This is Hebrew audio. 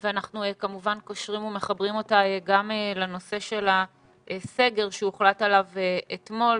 אנחנו כמובן קושרים ומחברים גם לנושא של הסגר שהוחלט עליו אתמול,